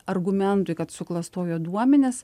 argumentui kad suklastojo duomenis